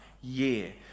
year